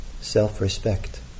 self-respect